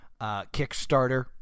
Kickstarter